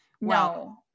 No